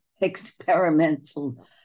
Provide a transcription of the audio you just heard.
experimental